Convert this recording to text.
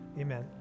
Amen